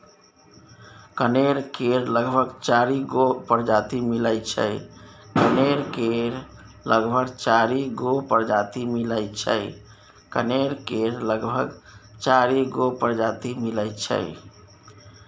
कनेर केर लगभग चारि गो परजाती मिलै छै